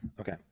Okay